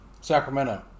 Sacramento